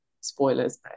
spoilers